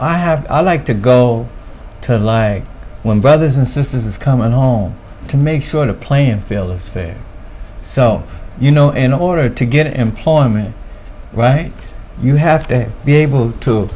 i have i like to go to lie when brothers and sisters is coming home to make sure the playing field is fair so you know in order to get employment right you have to be able to